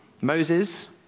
Moses